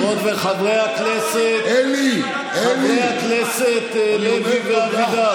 חברות וחברי הכנסת, חברי הכנסת לוי ואבידר.